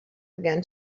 began